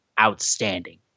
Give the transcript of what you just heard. outstanding